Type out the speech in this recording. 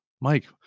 Mike